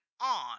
on